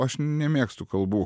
aš nemėgstu kalbų